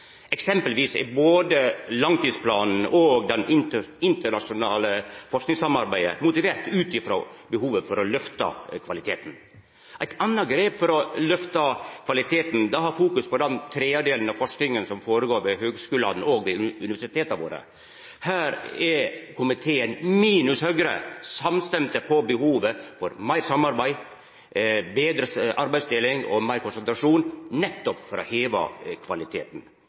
Eksempelvis er både langtidsplanen og det internasjonale forskingssamarbeidet motiverte ut frå behovet for å løfta kvaliteten. Eit anna grep for å løfta kvaliteten er å ha fokus på tredelinga av forskinga som føregår ved høgskulane og universiteta våre. Her er komiteen, minus Høgre, samstemt om behovet for meir samarbeid, betre arbeidsdeling og meir konsentrasjon nettopp for å heva kvaliteten.